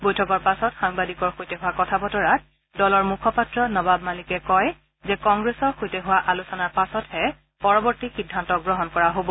বৈঠকৰ পাছত সাংবাদিকৰ সৈতে হোৱা কথা বতৰাত দলৰ মুখপাত্ৰ নবাব মালিকে কয় যে কংগ্ৰেছৰ সৈতে হোৱা আলোচনাৰ পাছতহে পৰৱৰ্তী সিদ্ধান্ত গ্ৰহণ কৰা হব